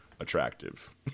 Attractive